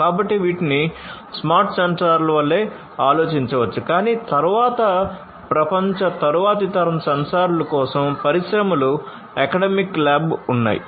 కాబట్టి వీటిని స్మార్ట్ సెన్సార్ల వలె ఆలోచించవచ్చు కాని తరువాత ప్రపంచ తరువాతి తరం సెన్సార్ల కోసం పరిశ్రమల అకాడెమిక్ ల్యాబ్ ఉన్నాయి